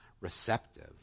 receptive